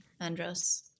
andros